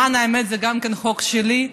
למען האמת, החוק הזה הוא גם שלי.